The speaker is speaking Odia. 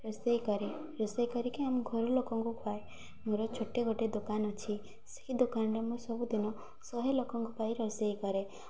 ରୋଷେଇ କରେ ରୋଷେଇ କରିକି ଆମ ଘର ଲୋକଙ୍କୁ ଖୁଆଏ ମୋର ଛୋଟ ଗୋଟେ ଦୋକାନ ଅଛି ସେହି ଦୋକାନରେ ମୁଁ ସବୁଦିନ ଶହେ ଲୋକଙ୍କ ପାଇଁ ରୋଷେଇ କରେ